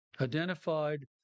identified